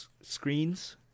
screens